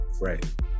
Right